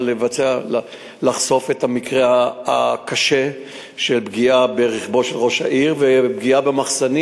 את המקרה הקשה של פגיעה ברכבו של ראש העיר ופגיעה במחסנים